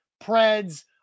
Preds